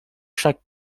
chaque